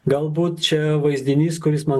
galbūt čia vaizdinys kuris man